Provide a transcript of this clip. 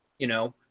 you know,